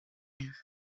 mère